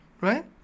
right